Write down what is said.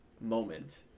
moment